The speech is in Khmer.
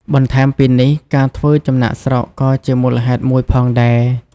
បន្ថែមពីនេះ ការធ្វើចំណាកស្រុកក៏ជាមូលហេតុមួយផងដែរ។